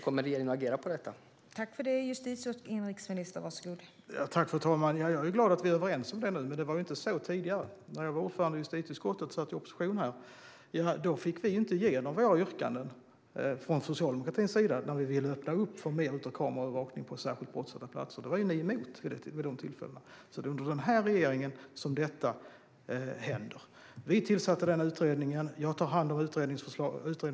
Kommer regeringen att agera när det gäller detta?